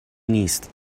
نیست